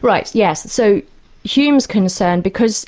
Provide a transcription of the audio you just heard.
right. yes. so hume's concerned because